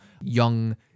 young